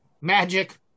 Magic